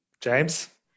James